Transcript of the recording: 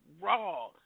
raw